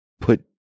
put